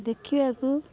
ଦେଖିବାକୁ